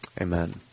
Amen